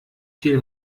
viel